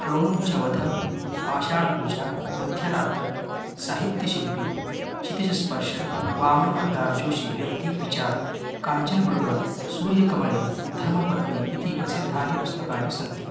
क्रौञ्चवध पाषाणपूजा मध्यरात्र साहित्यशिल्पी चितिचस्पर्श वामणमल्लार्जोषि व्यक्तिविचार् काञ्चनमृग सूर्यकमळे धर्मपत्नी इति प्रसिद्धानि पुस्तकानि सन्ति